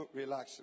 relax